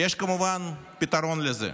ויש כמובן פתרון לזה.